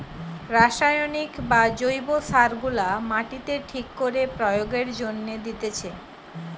রাসায়নিক বা জৈব সার গুলা মাটিতে ঠিক করে প্রয়োগের জন্যে দিতেছে